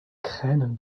kränen